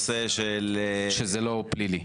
שזה לא פלילי.